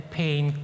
pain